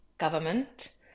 Government